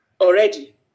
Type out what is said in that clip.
already